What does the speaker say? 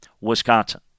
Wisconsin